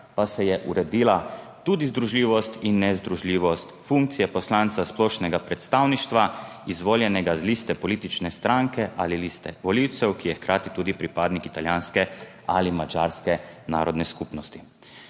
pa se je uredila tudi združljivost in nezdružljivost funkcije poslanca splošnega predstavništva, izvoljenega z liste politične stranke ali liste volivcev, ki je hkrati tudi pripadnik italijanske ali madžarske narodne skupnosti.